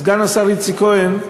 סגן השר איציק כהן,